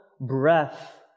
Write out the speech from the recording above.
breath